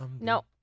No